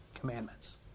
commandments